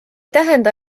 tähenda